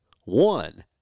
one